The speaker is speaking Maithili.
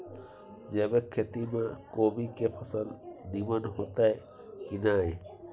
जैविक खेती म कोबी के फसल नीमन होतय की नय?